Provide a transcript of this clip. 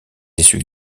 essuie